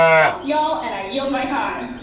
but y'all and i yield my time.